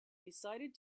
decided